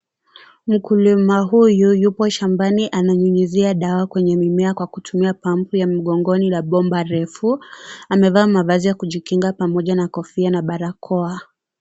Mkulima huyu, yupo shambani ananyunyizia dawa kwenye mimea kwa kutumia pampu ya mgongoni la bomba refu. Amevaa mavazi ya kujikinga pamoja na kofia na barakoa.